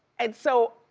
and so,